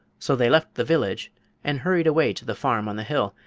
so they left the village and hurried away to the farm on the hill,